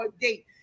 date